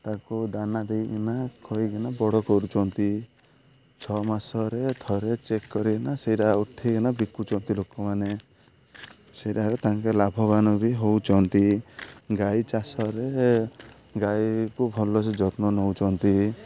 ତାକୁ ଦାନା ଦେଇକିନା ଖଇକିନା ବଡ଼ କରୁଛନ୍ତି ଛଅ ମାସରେ ଥରେ ଚେକ୍ କରିକିନା ସେଇଟା ଉଠେଇକିନା ବିକୁଛନ୍ତି ଲୋକମାନେ ସେଇଟାରେ ତାଙ୍କେ ଲାଭବାନ ବି ହେଉଛନ୍ତି ଗାଈ ଚାଷରେ ଗାଈକୁ ଭଲସେ ଯତ୍ନ ନେଉଛନ୍ତି